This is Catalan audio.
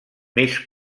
més